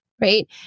Right